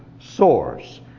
source